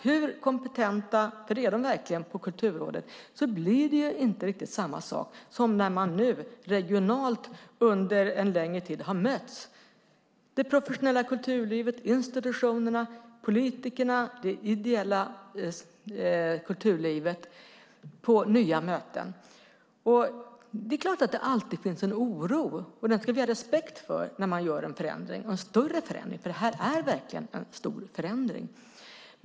Hur kompetenta de än är på Kulturrådet - för det är de verkligen - blir det inte riktigt samma sak som när det professionella kulturlivet, institutionerna, politikerna och det ideella kulturlivet regionalt träffas, som de nu gjort under en längre tid på nya möten. Det är klart att det alltid finns en oro - och den ska vi ha respekt för - när man gör en större förändring, för det här är verkligen en stor förändring.